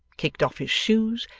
kicked off his shoes,